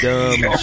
Dumb